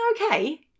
okay